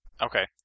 Okay